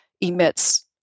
emits